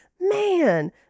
man